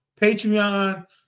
Patreon